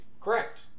correct